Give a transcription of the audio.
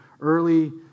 early